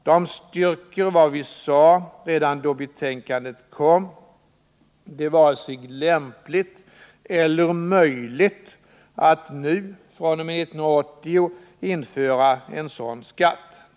De styrker vad vi sade redan då betänkandet kom. Det är varken möjligt eller lämpligt att nu, fr.o.m. 1980, införa en sådan skatt.